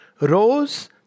rose